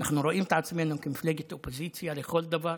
אנחנו רואים את עצמנו כמפלגת אופוזיציה לכל דבר.